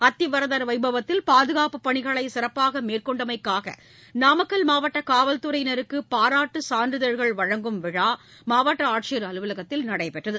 அத்திவரதர் வைபவத்தில் பாதுகாப்பு பணிகளைசிறப்பாகமேற்கொண்டமைக்காகநாமக்கல் மாவட்டகாவல்துறையினருக்குபாராட்டுசான்றிதழ்கள் வழங்கும் விழாமாவட்டஆட்சியர் அலுவலகத்தில் நடைபெற்றது